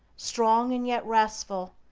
strong and yet restful,